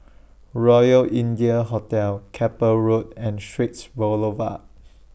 Royal India Hotel Keppel Road and Straits Boulevard